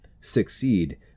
succeed